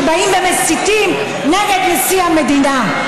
שבאים ומסיתים נגד נשיא המדינה.